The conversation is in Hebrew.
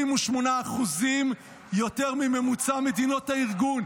38% יותר מהממוצע במדינות הארגון.